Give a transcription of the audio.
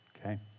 Okay